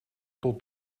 tot